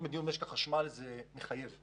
מדיניות במשק החשמל זה דברים מחייבים